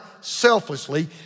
selflessly